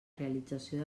realització